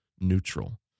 neutral